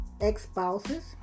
ex-spouses